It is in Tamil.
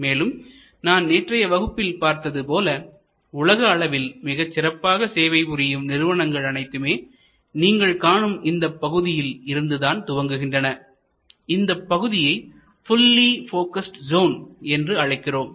மேலும் நான் நேற்றைய வகுப்பில் பார்த்ததுபோல உலக அளவில் மிகச் சிறப்பாக சேவை புரியும் நிறுவனங்கள் அனைத்துமே நீங்கள் காணும் இந்த பகுதியில் இருந்துதான் துவங்குகின்றன இந்த பகுதியை புல்லி போக்கஸ்டு ஸ்சோன் என்று அழைக்கிறோம்